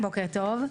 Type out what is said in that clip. בוקר טוב.